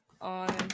on